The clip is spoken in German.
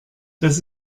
das